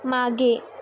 मागे